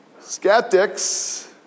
skeptics